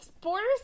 Borders